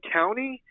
county